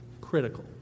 Critical